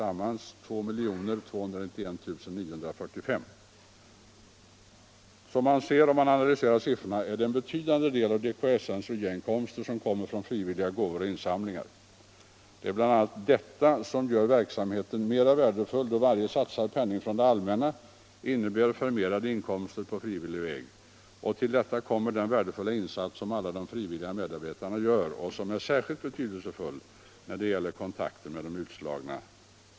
Som man ser, om man analyserar siffrorna, är det en betydande del av DKSN:s RIA-inkomster som kommer från frivilliga gåvor och insamlingar. Det är bl.a. detta som gör verksamheten så värdefull, eftersom varje satsad penning från det allmänna innebär förmerade inkomster på frivillig väg. Till detta kommer den värdefulla insats som alla de frivilliga medarbetarna gör och som är särskilt betydelsefull när det gäller kontakten med de utslagna.